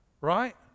Right